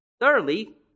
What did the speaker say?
Thirdly